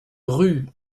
rue